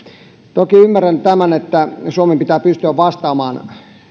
toki ymmärrän tämän että suomen pitää pystyä vastaamaan